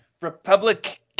Republic